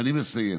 אני מסיים.